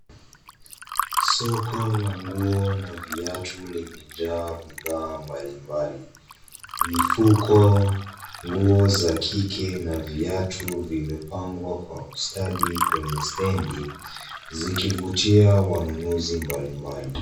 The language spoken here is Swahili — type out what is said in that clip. Soko la nguo na viatu limejaa bidhaa mbalimbali, mifuko, nguo za kike na viatu vimepangwa kwa usati kwenye stendi zikivutia wanunuzi mbalimbali.